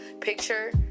picture